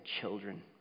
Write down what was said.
children